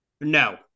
no